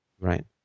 Right